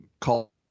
call